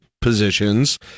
positions